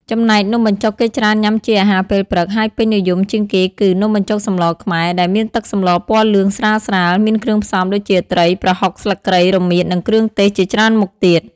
ចំណែកនំបញ្ចុកគេច្រើនញាំជាអាហារពេលព្រឹក ហើយពេញនិយមជាងគេគឺ នំបញ្ចុកសម្លរខ្មែរ ដែលមានទឹកសម្លរពណ៌លឿងស្រាលៗ មានគ្រឿងផ្សំដូចជា ត្រី ប្រហុក ស្លឹកគ្រៃ រមៀត និងគ្រឿងទេសជាច្រើនមុខទៀត ។